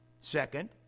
Second